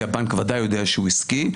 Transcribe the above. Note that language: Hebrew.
כי הבנק וודאי יודע שהוא עסקי.